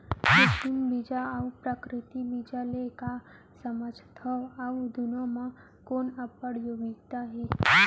कृत्रिम बीज अऊ प्राकृतिक बीज ले का समझथो अऊ दुनो म कोन अब्बड़ उपयोगी हे?